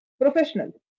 professional